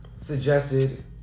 suggested